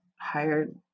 hired